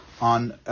on